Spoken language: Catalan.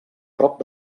prop